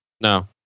No